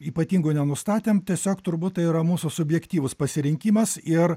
ypatingų nenustatėm tiesiog turbūt tai yra mūsų subjektyvus pasirinkimas ir